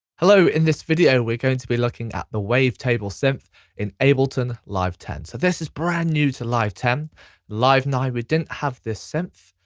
hello, in this video we're going to be looking at the wavetable synth in ableton live ten. so this is brand new to live ten. in live nine we didn't have this synth.